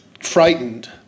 frightened